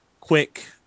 quick